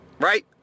Right